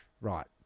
right